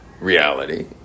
reality